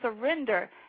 surrender